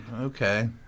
Okay